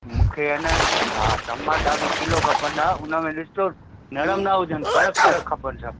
मूंखे अन हा टमाटा बि किलो खपंदा उनमें ॾिसिजो नरम न हुजनि कड़क कड़क खपनि सभु